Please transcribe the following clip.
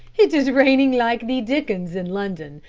it is raining like the dickens in london,